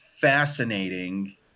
fascinating